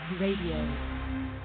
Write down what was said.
Radio